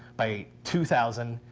by two thousand,